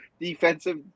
defensive